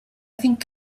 think